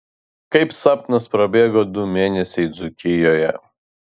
kaip sapnas prabėgo du mėnesiai dzūkijoje